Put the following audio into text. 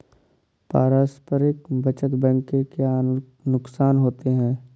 पारस्परिक बचत बैंक के क्या नुकसान होते हैं?